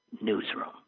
newsroom